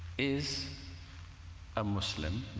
is a muslim,